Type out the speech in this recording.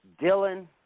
Dylan